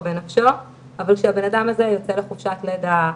בנפשו אבל שהבנאדם הזה יוצא לחופשת לידה,